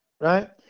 right